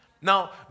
Now